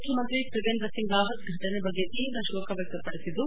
ಮುಖ್ಯಮಂತ್ರಿ ತ್ರಿವೇಂದ್ರಸಿಂಗ್ ರಾವತ್ ಫಟನೆಯ ಬಗ್ಗೆ ತೀವ್ರ ಶೋಕ ವ್ವಕ್ಷಪಡಿಸಿದ್ದು